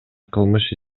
кылмыш